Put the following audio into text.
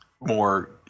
more